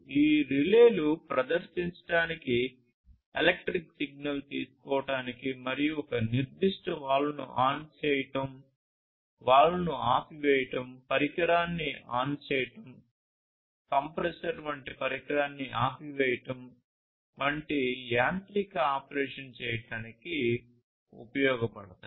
ఈ రిలేలు ప్రదర్శించడానికి ఎలక్ట్రిక్ సిగ్నల్ తీసుకోవటానికి మరియు ఒక నిర్దిష్ట వాల్వ్ను ఆన్ చేయడం వాల్వ్ను ఆపివేయడం పరికరాన్ని ఆన్ చేయడం కంప్రెసర్ వంటి పరికరాన్ని ఆపివేయడం వంటి యాంత్రిక ఆపరేషన్ చేయడానికి ఉపయోగపడతాయి